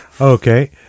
Okay